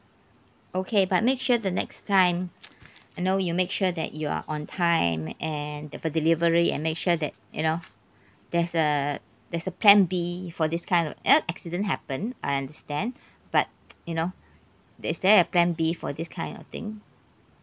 okay but make sure the next time you know you make sure that you are on time and the delivery and make sure that you know there's a there's a plan B for this kind of you know accidents happen I understand but you know is there a plan B for this kind of thing